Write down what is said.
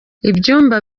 ibyumba